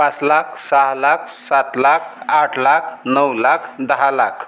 पाच लाख सहा लाख सात लाख आठ लाख नऊ लाख दहा लाख